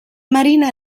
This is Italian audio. marina